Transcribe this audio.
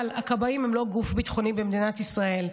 אבל הכבאים הם לא גוף ביטחוני במדינת ישראל.